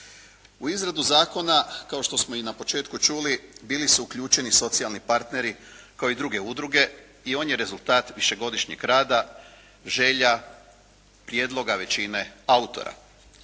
U izradu zakona kao što smo i na početku čuli, bili su uključeni i socijalni partneri kao i druge udruge i on je rezultat višegodišnjeg rada, želja, prijedloga većine autora.